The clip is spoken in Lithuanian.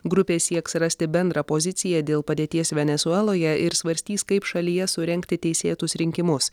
grupė sieks rasti bendrą poziciją dėl padėties venesueloje ir svarstys kaip šalyje surengti teisėtus rinkimus